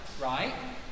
right